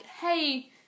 hey